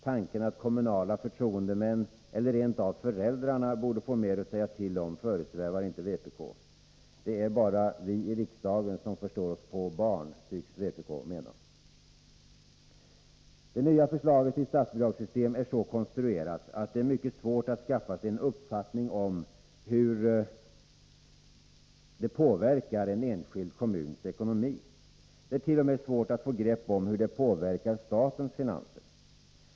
Tanken att kommunala förtroendemän eller rent av föräldrarna borde få mer att säga till om föresvävar inte vpk. Det är bara vi i riksdagen som förstår oss på barn, tycks vpk mena. Det nya förslaget till statsbidragssystem är så konstruerat att det är mycket svårt att skaffa sig en uppfattning om hur det påverkar en enskild kommuns ekonomi. Det är till och med svårt att få grepp om hur det påverkar statens finanser.